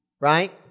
right